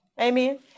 Amen